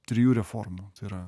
trijų reformų tai yra